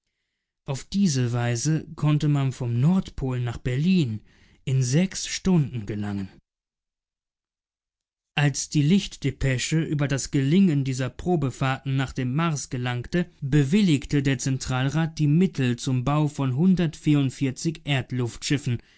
auf diese weise konnte man vom nordpol nach berlin in sechs stunden gelangen als die lichtdepesche über das gelingen dieser probefahrten nach dem mars gelangte bewilligte der zentralrat die mittel zum bau von